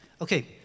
Okay